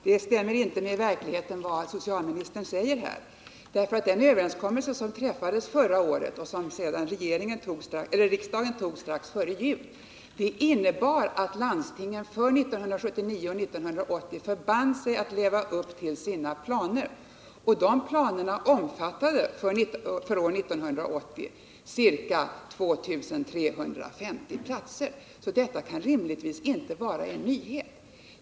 Herr talman! Det som socialministern säger här stämmer inte med verkligheten. Den överenskommelse som träffades förra året och som riksdagen antog strax före jul innebar att landstingen för åren 1979 och 1980 förband sig att leva upp till sina planer. De planerna omfattade för år 1980 ca 2 350 platser, så detta kan rimligtvis inte vara en nyhet.